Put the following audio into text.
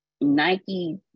nike